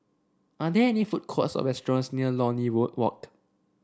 are there any food courts or restaurants near Lornie Walk